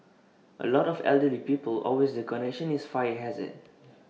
A lot of elderly people always the connection is fire hazard